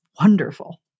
wonderful